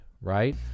right